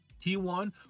T1